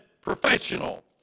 professional